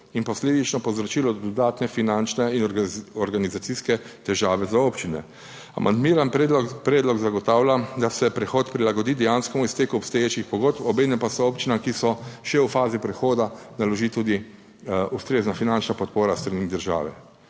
in posledično povzročilo dodatne finančne in organizacijske težave za občine. Amandmiran predlog zagotavlja, da se prehod prilagodi dejanskemu izteku obstoječih pogodb, obenem pa se občinam, ki so še v fazi prehoda, naloži tudi ustrezna finančna podpora s strani države.